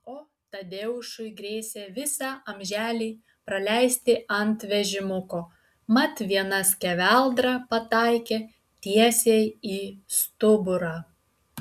o tadeušui grėsė visą amželį praleisti ant vežimuko mat viena skeveldra pataikė tiesiai į stuburą